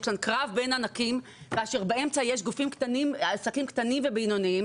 יש כאן קרב בין ענקים כאשר באמצע יש עסקים קטנים ובינוניים